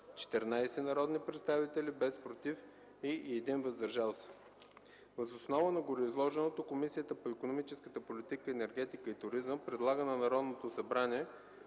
14 народни представители, без “против” и 1 “въздържал се”. Въз основа на гореизложеното Комисията по икономическата политика, енергетика и туризъм предлага на Народното събрание